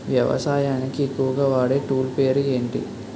వ్యవసాయానికి ఎక్కువుగా వాడే టూల్ పేరు ఏంటి?